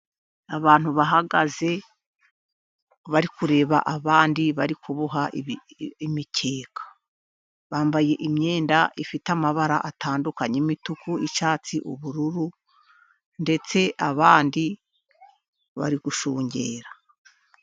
Abantu bahagaze bari kureba abandi bari kuboha imikeka. Bambaye imyenda ifite amabara atandukanye, imituku, icyatsi, ubururu, ndetse abandi bari gushungera.